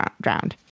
drowned